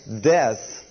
death